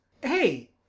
Hey